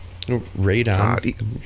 Radon